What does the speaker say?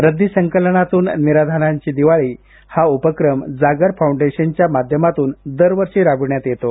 रद्दी संकलनातून निराधारांची दिवाळी हा उपक्रम जागर फाउंडेशनच्या माध्यमातून दरवर्षी राबविण्यात येतो